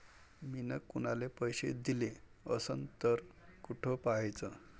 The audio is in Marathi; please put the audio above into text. मिन कुनाले पैसे दिले असन तर कुठ पाहाचं?